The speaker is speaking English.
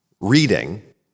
reading